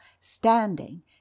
standing